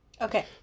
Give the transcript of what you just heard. Okay